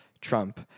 Trump